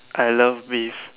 I love beef